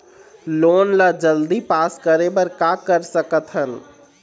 Loan ला जल्दी pass करे बर का कर सकथन?